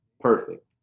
perfect